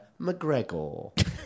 McGregor